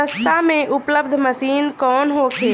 सस्ता में उपलब्ध मशीन कौन होखे?